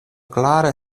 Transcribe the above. klare